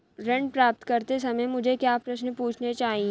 ऋण प्राप्त करते समय मुझे क्या प्रश्न पूछने चाहिए?